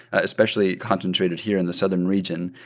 especially concentrated here in the southern region.